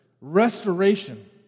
restoration